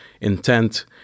intent